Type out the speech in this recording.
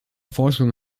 forschung